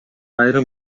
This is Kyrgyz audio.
айрым